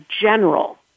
general